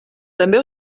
també